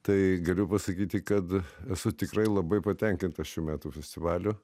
tai galiu pasakyti kad esu tikrai labai patenkintas šių metų festivaliu